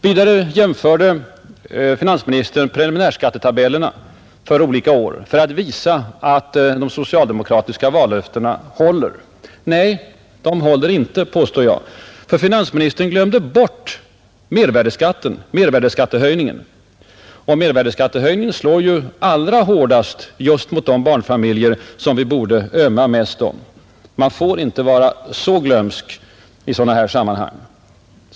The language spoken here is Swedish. Vidare jämför finansministern preliminärskattetabellerna för olika år för att visa att de socialdemokratiska vallöftena håller. Nej, de håller inte, påstår jag, för finansministern glömde mervärdeskattehöjningen, och mervärdeskattehöjningen slår ju allra hårdast just mot de barnfamiljer som vi borde ömma mest om. Man får inte vara så glömsk i sådana här sammanhang.